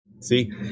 see